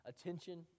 attention